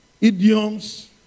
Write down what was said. idioms